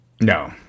No